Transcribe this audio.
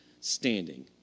standing